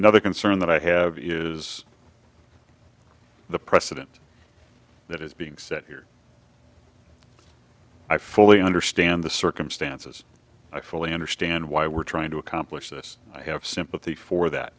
another concern that i have is the precedent that is being set here i fully understand the circumstances i fully understand why we're trying to accomplish this i have sympathy for that